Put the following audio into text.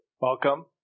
Welcome